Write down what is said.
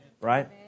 Right